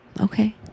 Okay